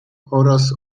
oraz